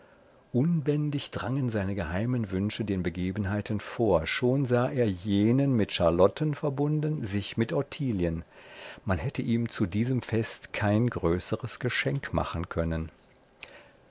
unbändig drangen seine geheimen wünsche den begebenheiten vor schon sah er jenen mit charlotten verbunden sich mit ottilien man hätte ihm zu diesem fest kein größeres geschenk machen können